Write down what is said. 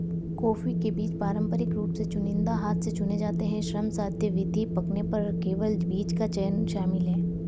coffee के बीज पारंपरिक रूप से चुनिंदा हाथ से चुने जाते हैं, श्रमसाध्य विधि, पकने पर केवल बीज का चयन शामिल है